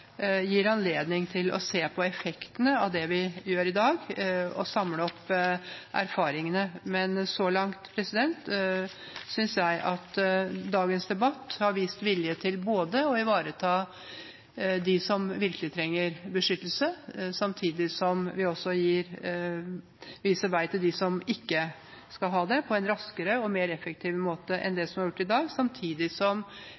gir anledning til å se på effektene av det vi gjør i dag, og samle erfaringene. Men så langt synes jeg at vi i dagens debatt har vist vilje til både å ivareta dem som virkelig trenger beskyttelse, og å vise vei for dem som ikke skal ha det, på en raskere og mer effektiv måte enn det som blir gjort i dag – samtidig som